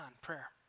prayer